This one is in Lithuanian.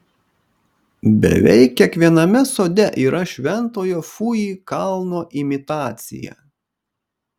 beveik kiekviename sode yra šventojo fuji kalno imitacija